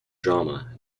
drama